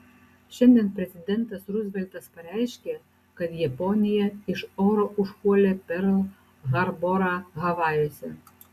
šiandien prezidentas ruzveltas pareiškė kad japonija iš oro užpuolė perl harborą havajuose